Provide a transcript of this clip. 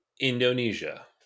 Indonesia